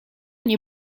nie